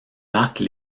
marque